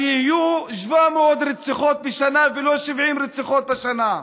אז יהיו 700 רציחות בשנה, ולא 70 רציחות בשנה.